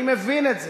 אני מבין את זה.